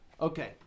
okay